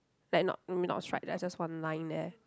like not maybe not stripe just just one line there